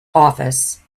office